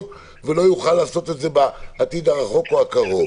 ולא יוכל לעשות את זה בעתיד הרחוק או הקרוב.